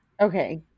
Okay